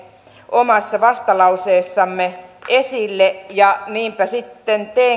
omassa vastalauseessamme esille niinpä sitten